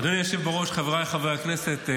אדוני היושב בראש, חבריי חברי הכנסת,